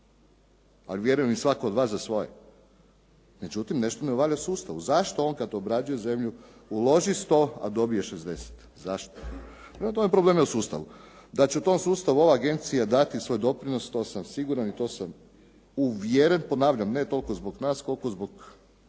ali vjerujem i svako od vas za svoje. Međutim, nešto ne valja u sustavu. Zašto on kad obrađuje zemlju uloži 100, a dobije 60. Zašto? Prema tome, problem je sustavu. Da će tom sustavu ova agencija dati svoj doprinos to sam siguran i to sam uvjeren, ponavljam ne toliko zbog nas koliko zbog